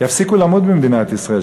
יפסיקו למות במדינת ישראל.